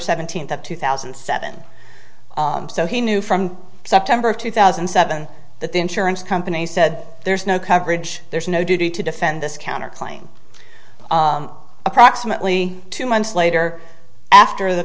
seventeenth of two thousand and seven so he knew from september of two thousand and seven that the insurance company said there's no coverage there's no duty to defend this counter claim approximately two months later after the